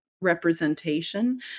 representation